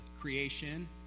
creation